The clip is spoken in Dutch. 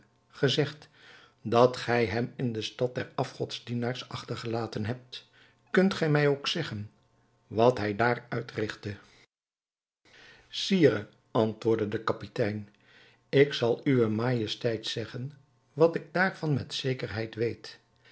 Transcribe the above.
gezegd dat gij hem in de stad der afgodendienaars achtergelaten hebt kunt gij mij ook zeggen wat hij daar uitrigtte sire antwoordde de kapitein ik zal uwe majesteit zeggen wat ik daarvan met zekerheid weet